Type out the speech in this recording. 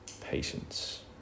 patience